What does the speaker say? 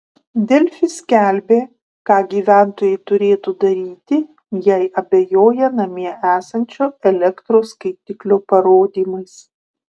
delfi skelbė ką gyventojai turėtų daryti jei abejoja namie esančio elektros skaitiklio parodymais